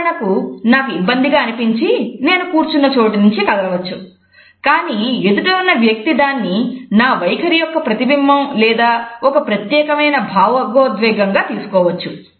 ఉదాహరణకు నాకు ఇబ్బందిగా అనిపించి నేను కూర్చున్న చోట నుండి కదలవచ్చు కానీ ఎదుట వున్న వ్యక్తి దాన్ని నా వైఖరి యొక్క ప్రతిబింబం లేదా ఒక ప్రత్యేకమైన భావోద్వేగం గా తీసుకోవచ్చు